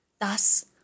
Thus